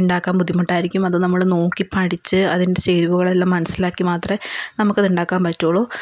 ഉണ്ടാക്കാൻ ബുദ്ധിമുട്ട് ആയിരിക്കും അത് നമ്മള് നോക്കി പഠിച്ച് അതിൻ്റെ ചേരുവകൾ എല്ലാം മനസ്സിലാക്കി മാത്രമെ നമുക്കത് ഉണ്ടാക്കാൻ പറ്റുകയുള്ളു